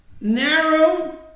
narrow